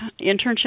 internship